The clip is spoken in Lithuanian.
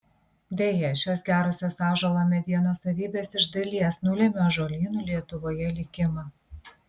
deja šios gerosios ąžuolo medienos savybės iš dalies nulėmė ąžuolynų lietuvoje likimą